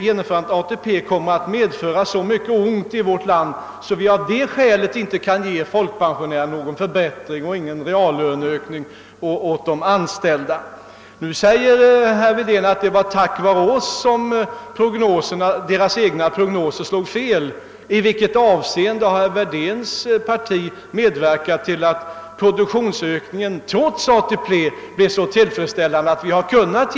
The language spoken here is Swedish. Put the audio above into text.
Genomförandet av ATP skulle komma att medföra så stora besvärligheter i vårt land att vi av detta skäl inte skulle kunna ge folkpensionärerna någon förbättring och inte heller kunna genomföra någon reallöneökning för de anställda. Nu säger herr Wedén att det var tack vare folkpartiet som dessa prognoser slog fel. I vilket avseende har her Wedéns parti medverkat till att produktionsökningen trots ATP blivit så till fredsställande, att vi: kunnat.